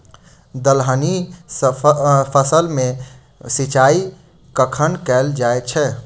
दलहनी फसल मे सिंचाई कखन कैल जाय छै?